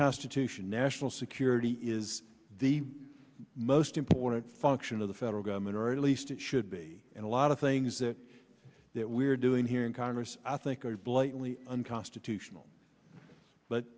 national security is the most important function of the federal government or at least it should be and a lot of things that that we're doing here in congress i think are blatantly unconstitutional but